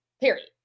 period